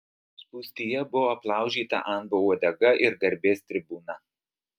spūstyje buvo aplaužyta anbo uodega ir garbės tribūna